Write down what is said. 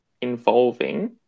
involving